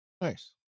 Nice